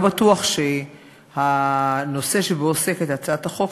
לא בטוח שהנושא שבו עוסקת הצעת החוק,